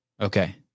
Okay